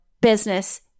business